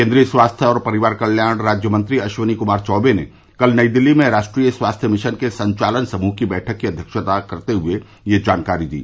केन्द्रीय स्वास्थ्य और परिवार कल्याण राज्यमंत्री अश्विनी कुमार चौबे ने कल नई दिल्ली में राष्ट्रीय स्वास्थ्य मिशन के संचालन समूह की बैठक की अव्यक्षता करते हुए यह जानकारी दी